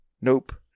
Nope